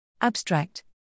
Abstract